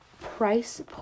price